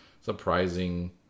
surprising